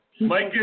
Mike